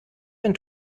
ein